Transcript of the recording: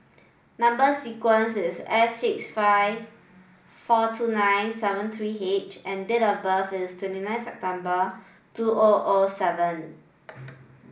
number sequence is S six five four two nine seven three H and date of birth is twenty nine September two O O seven